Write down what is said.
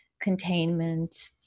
containment